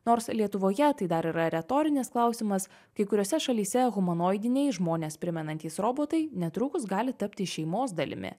nors lietuvoje tai dar yra retorinis klausimas kai kuriose šalyse humanoidiniai žmones primenantys robotai netrukus gali tapti šeimos dalimi